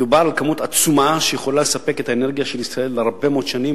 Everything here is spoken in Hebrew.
מדובר על כמות עצומה שיכולה לספק את האנרגיה של ישראל להרבה מאוד שנים,